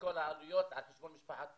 וכל העלויות על חשבון משפחת פרץ,